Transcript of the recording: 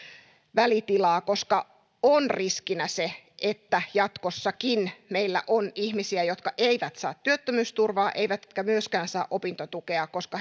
välitilaa koska on riskinä se että jatkossakin meillä on ihmisiä jotka eivät saa työttömyysturvaa eivätkä myöskään saa opintotukea koska